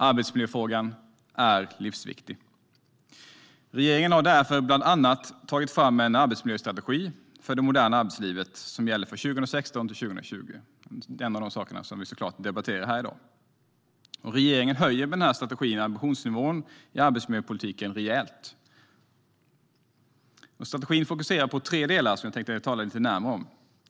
Arbetsmiljöfrågan är livsviktig. Regeringen har därför bland annat tagit fram en arbetsmiljöstrategi för det moderna arbetslivet som gäller för 2016 till 2020. Det är en av de saker vi ska debattera här i dag. Genom strategin höjer regeringen ambitionsnivån i arbetsmiljöpolitiken rejält. Strategin fokuserar på tre delar, som jag tänkte tala lite närmare om.